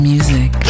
Music